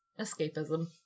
Escapism